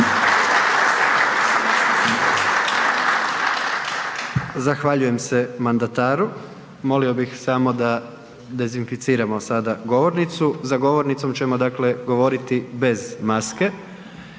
Zahvaljujem se mandataru. Molio bih samo da dezinficiramo sada govornicu. Za govornicom ćemo dakle, govoriti bez maske,